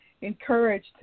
encouraged